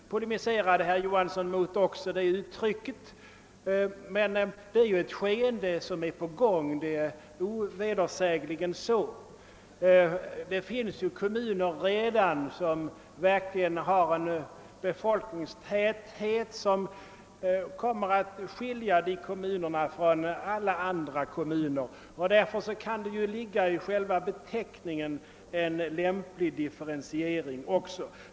de herr Johansson mot. Men detta är ett skeende som är på gång — det är ovedersägligt. Det finns redan kommuner som verkligen har en befolkningstäthet som kommer att skilja dem från alla andra kommuner. Därför kan det i själva beteckningen också ligga en lämplig differentiering.